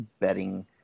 betting